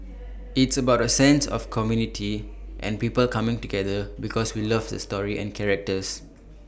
it's about A sense of community and people coming together because we love the story and characters